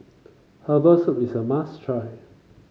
Herbal Soup is a must try